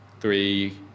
three